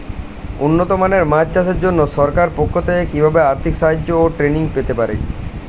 উন্নত মানের মাছ চাষের জন্য সরকার পক্ষ থেকে কিভাবে আর্থিক সাহায্য ও ট্রেনিং পেতে পারি?